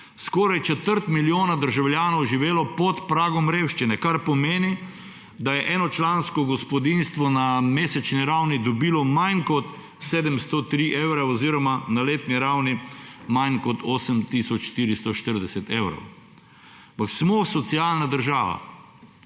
skoraj četrt milijona državljanov živelo pod pragom revščine, kar pomeni, da je enočlansko gospodinjstvo na mesečni ravno dobilo manj kot 703 evre oziroma na letni ravni manj kot 8 tisoč 440 evrov. Ampak smo socialna država.